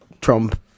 trump